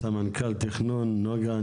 סמנכ"ל תכנון נגה,